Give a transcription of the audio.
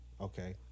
okay